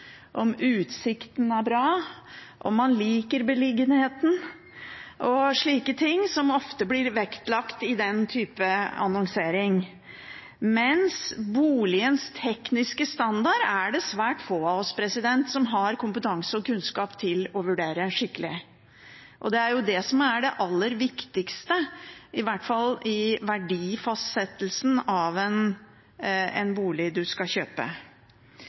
om utsikten er bra, om man liker beliggenheten og slike ting, som ofte blir vektlagt i den type annonsering, mens boligens tekniske standard er det svært få av oss som har kompetanse og kunnskap til å vurdere skikkelig. Og det er jo det som er det aller viktigste, i hvert fall i verdifastsettelsen av en bolig man skal kjøpe.